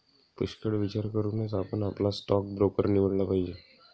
पुष्कळ विचार करूनच आपण आपला स्टॉक ब्रोकर निवडला पाहिजे